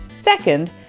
Second